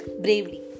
bravely